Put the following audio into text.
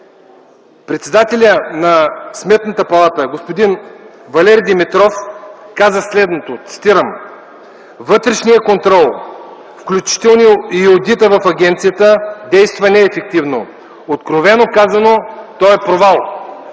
председателят на Сметната палата господин Валери Димитров каза следното, цитирам: „Вътрешният контрол, включително и одитът в агенцията, действа неефективно. Откровено казано, той е провал”.